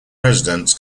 residents